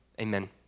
amen